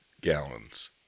gallons